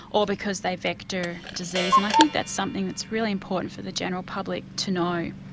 or because they vector disease. and i think that's something that's really important for the general public to know.